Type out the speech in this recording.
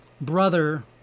brother